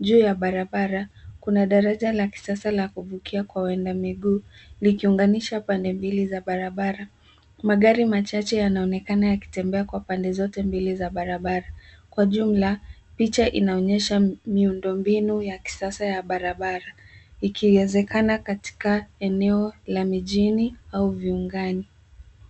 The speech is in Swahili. Juu ya barabara kuna daraja la kisasa la kuvukia kwa wenda miguu likiunganisha pande mbili za barabara. Magari machache yanaonekana yakitembea kwa pande zote mbili za barabara. Kwa jumla picha inaonyesha miundombinu ya kisasa ya barabara ikiwezekana katika eneo la mijini au viungani.